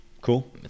Cool